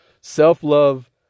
self-love